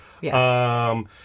yes